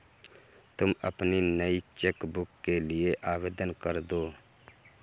तुम अपनी नई चेक बुक के लिए आवेदन करदो